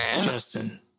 Justin